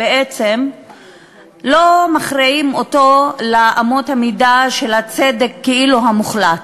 לא מכריעים אותו לאמות המידה של הצדק הכאילו-מוחלט,